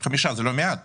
אני מאמין